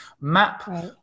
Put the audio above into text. map